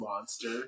monster